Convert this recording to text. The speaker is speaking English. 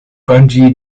bungee